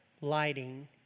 lighting